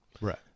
Right